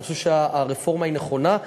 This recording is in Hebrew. אני חושב שהרפורמה נכונה.